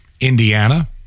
Indiana